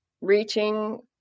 reaching